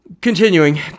continuing